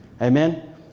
Amen